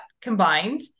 combined